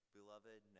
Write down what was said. Beloved